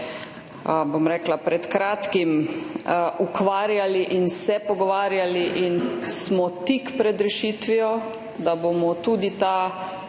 smo se pred kratkim ukvarjali in se pogovarjali in smo tik pred rešitvijo, da bomo tudi ta,